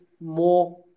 more